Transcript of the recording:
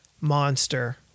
monster